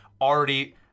already